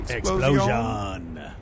Explosion